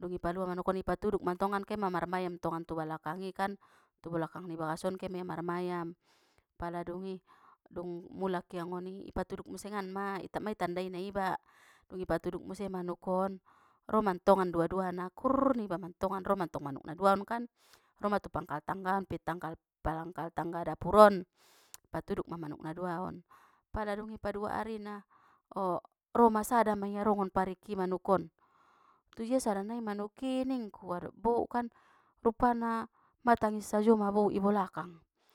dung i palua manukon kan i patuduk mantongan ke ma marmayam mantongan tu belakang i kan, tu balakang ni bagason kemaia mar mayam. Pala dungi, dung mulak ia ngoni ipatuduk musengan ma ma itandaina iba, dung i patuduk muse manukon, ro mantongan dua duana kurrrr ningiba mantongan ro mantong manuk naduaon kan, ro ma tu pangkal tanggaon pe pangkal tangga dapuron, patuduk ma manuk naduaon, paladungi padua arina, ro ma sada maia ro nggon pariki manukon, tudia sadanai manuki ningku adop bouk kan!, rupana mang tangis sajo ma bouk i balakang.